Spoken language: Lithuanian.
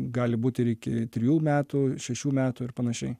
gali būti ir iki trijų metų šešių metų ir panašiai